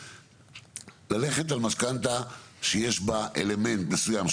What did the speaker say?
ללכת על משכנתא שיש בה אלמנט מסוים,